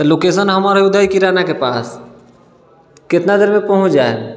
तऽ लोकेशन हमर है उदय किरानाके पास कितना देरमे पहुँच जायब